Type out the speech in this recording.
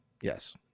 yes